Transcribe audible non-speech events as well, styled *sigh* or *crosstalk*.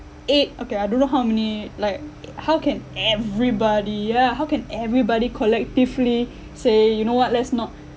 eight okay I don't know how many like *noise* how can everybody ya how can everybody collectively say you know [what] let's not